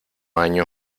año